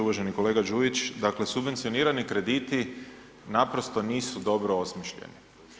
Uvaženi kolega Đujić, dakle subvencionirani krediti naprosto nisu dobro osmišljeni.